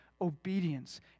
obedience